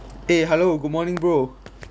eh hello good morning bro